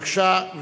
בבקשה.